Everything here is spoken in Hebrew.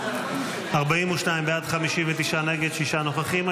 42 בעד, 59 נגד, שישה נוכחים.